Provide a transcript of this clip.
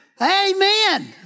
Amen